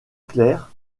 clair